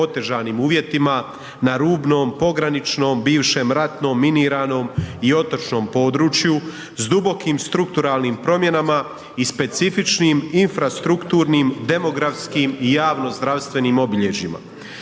otežanim uvjetima, na rubnom, pograničnom bivšem ratnom miniranom i otočnom području s dubokim strukturalnim promjenama i specifičnim infrastrukturnim, demografskim i javnozdravstvenim obilježjima.